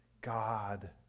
God